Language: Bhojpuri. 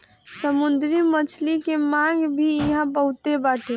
समुंदरी मछली के मांग भी इहां बहुते बाटे